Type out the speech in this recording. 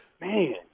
Man